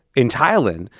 in thailand,